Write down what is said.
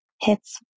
hits